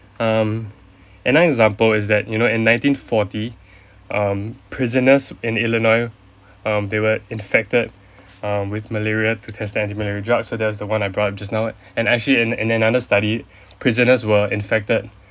um another example is that you know in nineteen forty um prisoners in Illinois um they were infected um with malaria to test anti malarial drug so there's the one I bought just now and actually in another study prisoners were infected